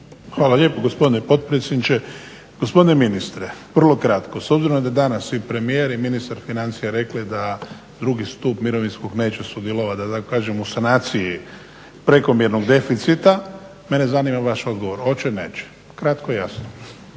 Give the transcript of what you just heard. Hvala lijepo gospodine potpredsjedniče. Gospodine ministre vrlo kratko s obzirom da danas i premijer i ministar financija rekli da drugi stup mirovinskog neće sudjelovati da tako kažemo u sanaciji prekomjernog deficita, mene zanima vaš odgovor, hoće, neće? Kratko, jasno.